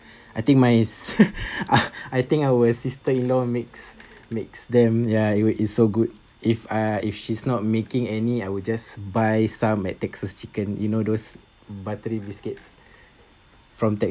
I think mine is I think our sister in law makes makes them ya it it's so good if I if she's not making any I will just buy some at texas chicken you know those buttery biscuits from